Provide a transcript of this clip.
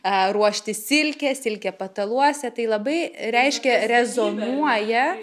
a ruošti silkę silkę pataluose tai labai reiškia rezonuoja